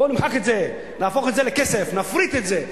בוא נמחק את זה, נהפוך את זה לכסף, נפריט את זה.